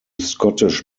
scottish